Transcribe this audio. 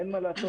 אין מה לעשות,